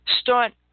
Start